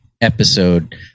episode